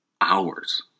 hours